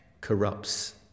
corrupts